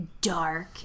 dark